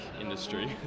industry